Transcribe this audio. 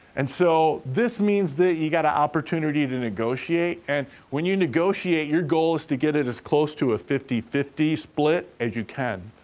and so, this means that you got a opportunity to negotiate, and when you negotiate, your goal is to get it as close to a fifty fifty split as you can.